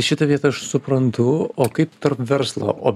šitą vietą aš suprantu o kaip tarp verslo o